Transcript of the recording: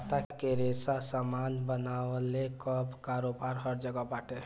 पत्ता के रेशा से सामान बनवले कअ कारोबार हर जगह बाटे